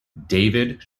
david